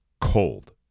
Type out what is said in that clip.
cold